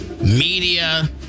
media